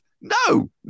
No